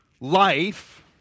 Life